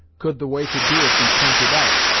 could the way to do it be p'inted out.